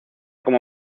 como